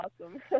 awesome